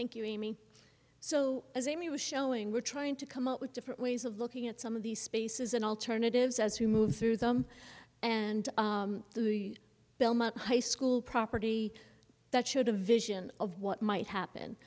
thank you amy so as amy was showing we're trying to come up with different ways of looking at some of these spaces and alternatives as you move through them and the belmont high school property that showed a vision of what might happen